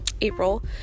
April